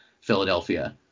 Philadelphia